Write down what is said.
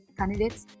candidates